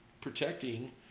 protecting